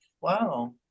wow